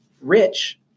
rich